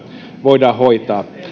voidaan hoitaa